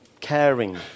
caring